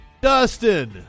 Dustin